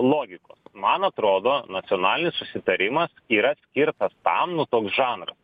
logikos man atrodo nacionalinis susitarimas yra skir tam nu toks žanra